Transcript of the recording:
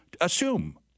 assume